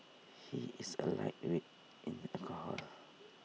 he is A lightweight in alcohol